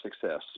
success